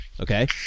Okay